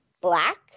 black